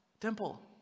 temple